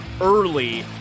early